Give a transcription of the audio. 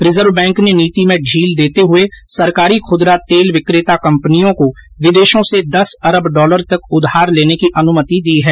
reserve bank ने नीति में ढील देते हुए सरकारी खुदरा तेल विक्रेता कंपनियों को विदेशों से दस अरब डॉलर तक उघार लेने की अनुमति दी है